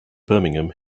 birmingham